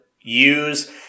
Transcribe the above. use